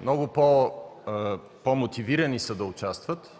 Много по-мотивирани са да участват,